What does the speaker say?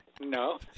No